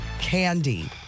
candy